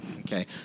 Okay